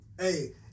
Hey